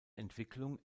entwicklung